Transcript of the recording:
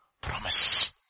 promise